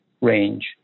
range